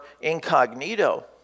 incognito